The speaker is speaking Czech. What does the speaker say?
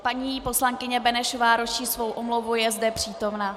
Paní poslankyně Benešová ruší svou omluvu, je zde přítomna.